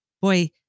Boy